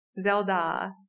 Zelda